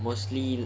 mostly